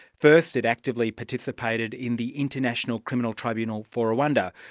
first it actively participated in the international criminal tribunal for rwanda,